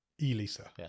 Elisa